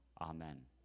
Amen